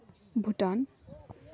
Bhutan